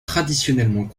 traditionnellement